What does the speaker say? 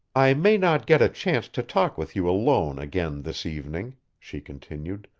i may not get a chance to talk with you alone again this evening, she continued,